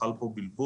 חל פה בלבול.